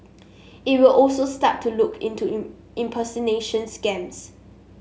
it will also start to look into impersonation scams